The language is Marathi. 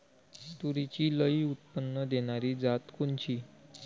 तूरीची लई उत्पन्न देणारी जात कोनची?